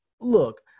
Look